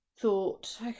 thought